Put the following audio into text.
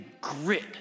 grit